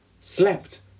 slept